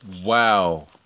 wow